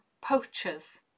poachers